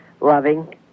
loving